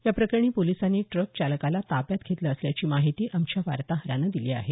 या प्रकरणी पोलिसांनी ट्रक चालकास ताब्यात घेतलं असल्याची माहिती आमच्या वार्ताहरानं दिली आहे